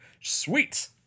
Sweet